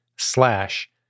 slash